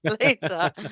later